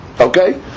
Okay